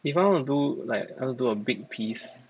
if I want to do like I wan to do a big piece